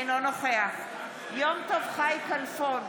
אינו נוכח יום טוב חי כלפון,